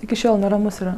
iki šiol neramus yra